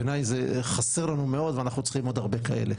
בעיניי זה חסר לנו מאוד ואנחנו צריכים עוד הרבה כאלה.